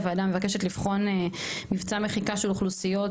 הוועדה מבקשת לבחון מבצע מחיקה של אוכלוסיות